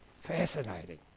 Fascinating